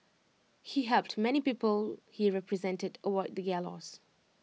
he helped many people he represented avoid the gallows